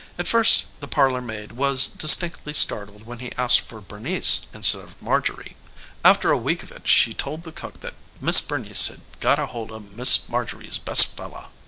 at first the parlor-maid was distinctly startled when he asked for bernice instead of marjorie after a week of it she told the cook that miss bernice had gotta holda miss marjorie's best fella.